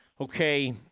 okay